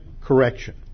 correction